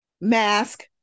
mask